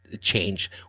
change